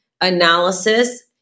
analysis